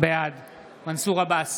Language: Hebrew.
בעד מנסור עבאס,